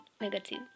negative